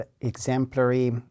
exemplary